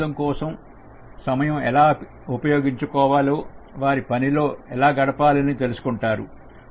వినోదం కోసం సమయం ఎలా ఉపయోగించుకోవాలో వారి పనిలో ఎలా గడపాలని తెలుసుకుంటారు